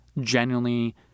genuinely